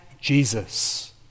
Jesus